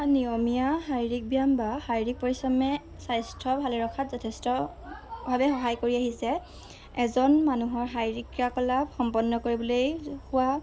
নিয়মীয়া শাৰীৰিক ব্যায়াম বা শাৰীৰিক পৰিশ্ৰমে স্বাস্থ্য ভালে ৰখাত যথেষ্টভাৱে সহায় কৰি আহিছে এজন মানুহৰ শাৰীৰিক ক্ৰিয়াকলাপ সম্পন্ন কৰিবলৈ হোৱা